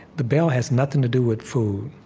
the bell has nothing to do with food,